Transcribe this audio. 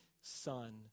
son